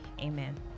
Amen